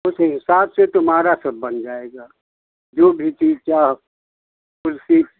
उस हिसाब से तुम्हारा सब बन जाएगा जो भी चीज़ चाहो कुर्सी